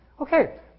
Okay